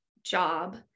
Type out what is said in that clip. Job